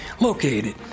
located